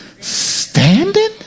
standing